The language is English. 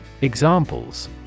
Examples